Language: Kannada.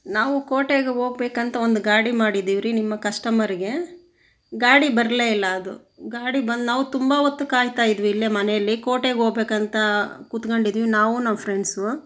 ನಾವು ಕೋಟೆಗೆ ಹೋಗ್ಬೇಕಂತ ಒಂದು ಗಾಡಿ ಮಾಡಿದ್ದೀವ್ರಿ ನಿಮ್ಮ ಕಸ್ಟಮರ್ಗೆ ಗಾಡಿ ಬರಲೇ ಇಲ್ಲ ಅದು ಗಾಡಿ ಬಂದು ನಾವು ತುಂಬ ಹೊತ್ತ್ ಕಾಯುತ್ತಾ ಇದೀವಿ ಇಲ್ಲೇ ಮನೆಯಲ್ಲಿ ಕೋಟೆಗೆ ಹೋಗ್ಬೇಕಂತ ಕುತ್ಗಂಡಿದೀವಿ ನಾವು ನಮ್ಮ ಫ್ರೆಂಡ್ಸು